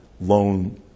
loan